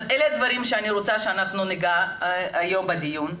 אלה הדברים שאני רוצה שאנחנו נגיע בהם היום בדיון,